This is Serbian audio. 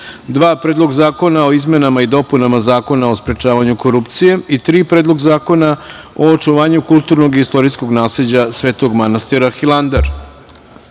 Predlog zakona o izmenama i dopunama Zakona o sprečavanju korupcije, koji je podnela Vlada, i3. Predlog zakona o očuvanju kulturnog i istorijskog nasleđa Svetog manastira Hilandar,